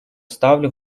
ставлю